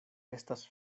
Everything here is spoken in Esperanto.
estas